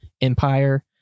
Empire